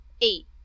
Eight